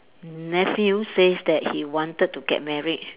nephew says that he wanted to get married